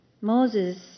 Moses